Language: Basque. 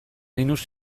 linux